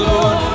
Lord